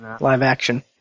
Live-action